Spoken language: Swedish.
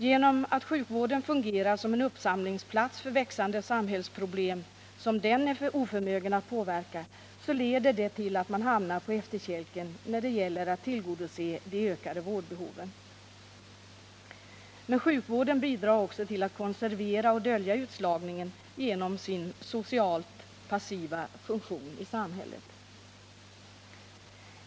Genom att sjukvården fungerar som en uppsamlingsplats för växande samhällsproblem som den är oförmögen att påverka hamnar man på efterkälken när det gäller att tillgodose de ökade vårdbehoven. Men sjukvården bidrar också till att konservera och dölja utslagningen genom sin socialt passiva funktion i samhället.